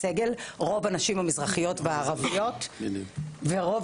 רוב הנשים המזרחיות והערביות ורוב